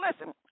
listen